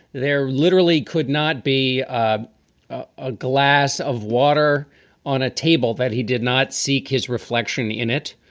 there literally could not be a ah a glass of water on a table that he did not seek his reflection in it.